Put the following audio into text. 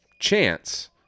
chance